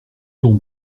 ton